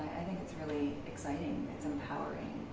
i think it's really exciting it's empowering.